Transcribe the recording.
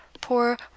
poor